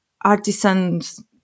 artisan's